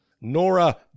Nora